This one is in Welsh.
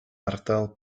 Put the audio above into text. ardal